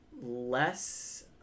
less